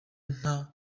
nta